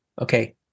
Okay